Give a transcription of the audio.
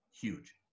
huge